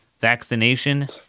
vaccination